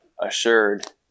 assured